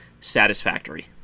satisfactory